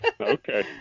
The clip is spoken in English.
Okay